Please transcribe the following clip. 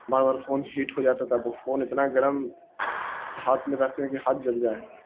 مار بار phone heat ہو جاتا تھا وہ فون اتنا گرم کہ ہاتھ میں رکھتے ہیں کہ ہاتھ جل جائےیں